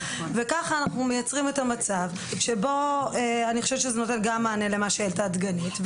כך אנחנו מייצרים מצב שאני חושבת שהוא נותן מענה למה שהעלתה דגנית.